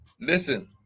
Listen